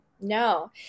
no